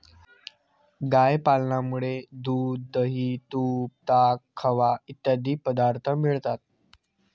गाय पालनामुळे दूध, दही, तूप, ताक, खवा इत्यादी पदार्थ मिळतात